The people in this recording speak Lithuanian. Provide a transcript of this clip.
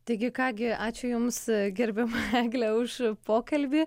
taigi ką gi ačiū jums gerbiama egle už pokalbį